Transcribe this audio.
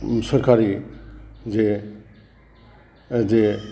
सोरखारि जे जे